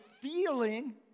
feeling